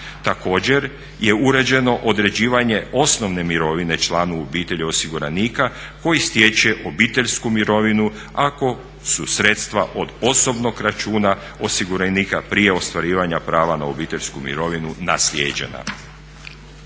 Također je uređeno određivanje osnovne mirovine članu obitelji osiguranika koji stječe obiteljsku mirovinu ako su sredstva od osobnog računa osiguranika prije ostvarivanja prava na obiteljsku mirovinu naslijeđena.